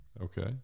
Okay